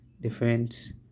different